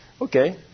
Okay